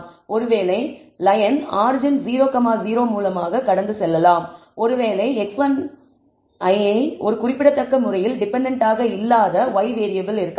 ஒருவேளை line origin 0 0 மூலமாக கடந்து செல்லலாம் ஒருவேளை x1 ஐ ஒரு குறிப்பிடத்தக்க முறையில் டிபெண்டன்ட் ஆக இல்லாத y வேறியபிள் இருக்கலாம்